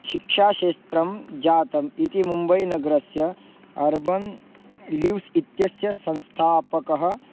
शिक्षाशास्त्रं जातम् इति मुम्बैनगरस्य अर्बन् लीव्स् इत्यस्य संस्थापकः